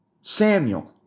Samuel